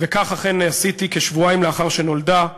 וכך אכן עשיתי כשבועיים לאחר שנולדה טל-אור,